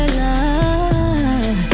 love